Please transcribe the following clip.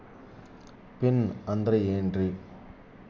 Pin ಅಂದ್ರೆ ಏನ್ರಿ?